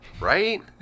Right